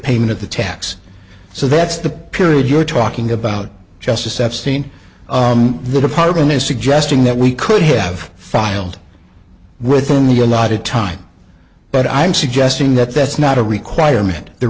payment of the tax so that's the period you're talking about justice epstein the pardon is suggesting that we could have filed within the allotted time but i'm suggesting that that's not a requirement the